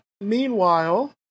Meanwhile